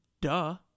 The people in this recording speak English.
duh